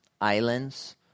Islands